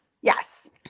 Yes